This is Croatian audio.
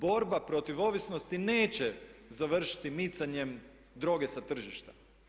Borba protiv ovisnosti neće završiti micanjem droge sa tržišta.